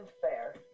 fair